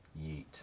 yeet